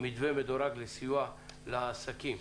מתווה מדורג לסיוע לעסקים.